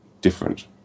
Different